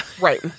right